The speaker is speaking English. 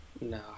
No